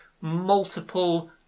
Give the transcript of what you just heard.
multiple